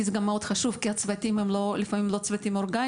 כי זה חשוב מאוד כי הצוותים הם לפעמים לא צוותים אורגניים,